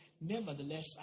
Nevertheless